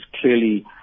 clearly